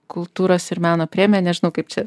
kultūros ir meno premija nežinau kaip čia